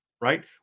right